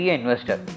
investor